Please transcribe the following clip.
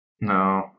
No